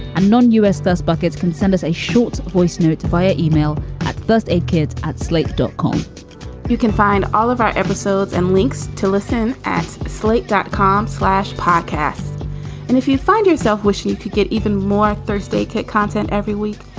and non-u s those buckets can send us a short voice notes via email at first aid kids at slate dot com you can find all of our episodes and links to listen at slate dot com slash podcast and if you find yourself wishing you could get even more thursday kitteh content every week.